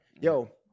Yo